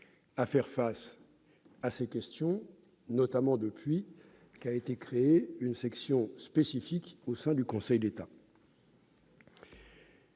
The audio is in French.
à faire face à ces questions, notamment depuis qu'a été créée une formation spécifique au sein du Conseil d'État.